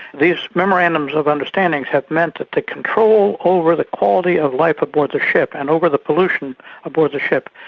these memorandums of understanding have meant that the control over the quality of life aboard the ship and over the pollution aboard the ship,